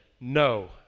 No